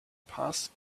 passed